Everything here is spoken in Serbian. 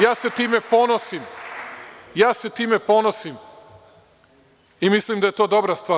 Ja se time ponosim, ja se time ponosim i mislim da je to dobra stvar.